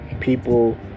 people